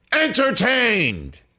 entertained